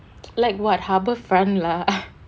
like what harbour front lah